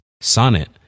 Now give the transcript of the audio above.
Sonnet